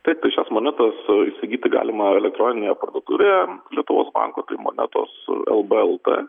taip tai šias monetas įsigyti galima eletroninėje parduotuvėje lietuvos banko monetos su lb lt